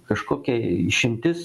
kažkokia išimtis